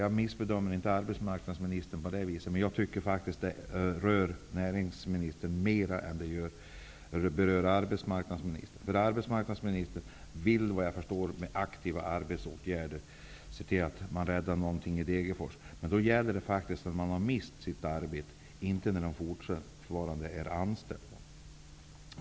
Jag missbedömer inte arbetsmarknadsministern på det viset, men jag tycker faktiskt att det här ärendet rör näringsministern mer än det rör arbetsmarknadsministern. Arbetsmarknadsministern vill efter vad jag förstår med aktiva arbetsmarknadsåtgärder se till att något räddas i Degerfors. Men för att sådana åtgärder skall bli aktuella skall människor faktiskt ha mist sina arbeten och inte fortfarande vara anställda.